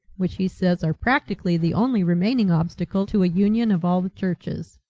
which he says are practically the only remaining obstacle to a union of all the churches.